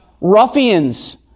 ruffians